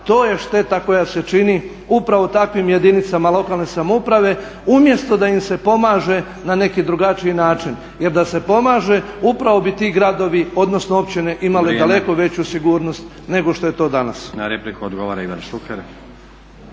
to je šteta koja s čini upravo takvim jedinicama lokalne samouprave umjesto da im se pomaže na neki drugačiji način. Jer da se pomaže upravo bi ti gradovi, odnosno općine imale daleko veću sigurnost nego što je to danas. **Stazić, Nenad (SDP)** Na repliku odgovara Ivan Šuker.